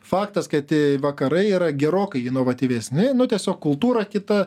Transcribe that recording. faktas kad vakarai yra gerokai inovatyvesni nu tiesiog kultūra kita